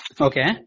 Okay